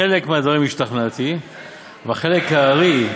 חלק מהדברים השתכנעתי אבל חלק הארי,